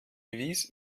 wies